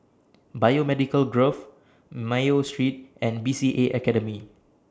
Biomedical Grove Mayo Street and B C A Academy